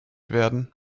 werden